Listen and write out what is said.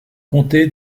comté